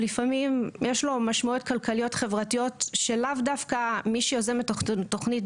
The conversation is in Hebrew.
לפעמים יש לו משמעויות כלכליות-חברתיות שלאו דווקא מי שיוזם את התוכנית,